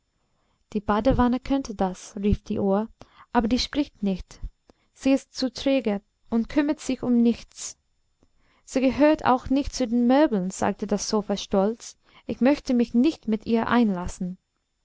die badewanne könnte das rief die uhr aber die spricht nicht sie ist zu träge und kümmert sich um nichts sie gehört auch nicht zu den möbeln sagte das sofa stolz ich möchte mich nicht mit ihr einlassen